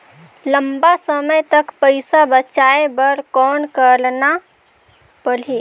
लंबा समय तक पइसा बचाये बर कौन करना पड़ही?